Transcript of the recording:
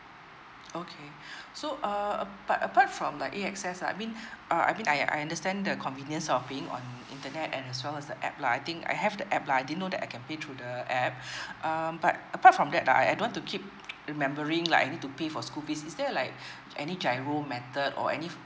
okay so uh but apart from the A_X_S uh I mean uh I mean I I understand the convenience of being on internet and as well as the app lah I think I have the app lah I didn't know that I can pay through the app um but apart from that uh I I don't want to keep remembering like I need to pay for school fees is there like any G_I_R_O method or any